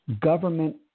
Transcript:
government